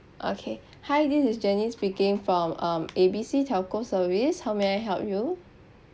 okay hi this is janice speaking from um A B C telco service how may I help you